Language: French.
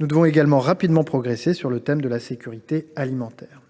Nous devons également progresser très vite sur le thème de la sécurité alimentaire.